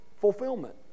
fulfillment